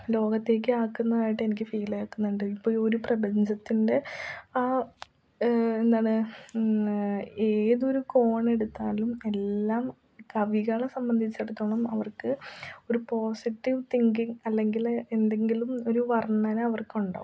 ലോകത്തേക്കാക്കുന്നതായിട്ട് എനിക്ക് ഫീലാക്കുന്നുണ്ട് ഇപ്പം ഒരു പ്രപഞ്ചത്തിൻ്റെ ആ എന്താണ് ഏതൊരു കോണെടുത്താലും എല്ലാം കവികളെ സംബന്ധിച്ചിടത്തോളം അവർക്ക് ഒരു പോസിറ്റീവ് തിങ്കിങ്ങ് അല്ലെങ്കിൽ ഒരു വർണ്ണന അവർക്കുണ്ടാകും